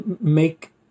make